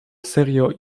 serio